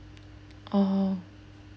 oh